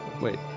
Wait